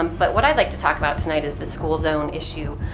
um but what i'd like to talk about tonight is the school zone issue.